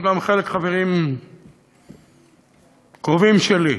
הם גם, חלק, חברים קרובים שלי,